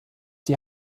die